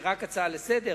כי זאת רק הצעה לסדר-היום,